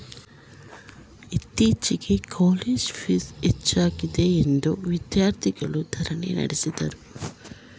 ಇತ್ತೀಚೆಗೆ college fees ಹೆಚ್ಚಾಗಿದೆಯೆಂದು ವಿದ್ಯಾರ್ಥಿಗಳು ಧರಣಿ ನಡೆಸಿದರು